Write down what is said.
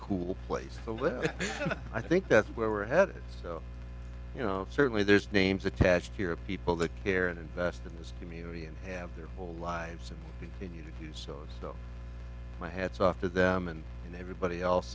cool place to live and i think that's where we're headed so you know certainly there's names attached here of people that care and invest in this community and have their whole lives and continue to use those though my hat's off to them and and everybody else